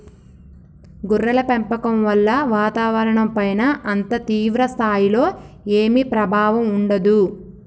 గొర్రెల పెంపకం వల్ల వాతావరణంపైన అంత తీవ్ర స్థాయిలో ఏమీ ప్రభావం ఉండదు